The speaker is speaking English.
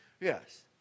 yes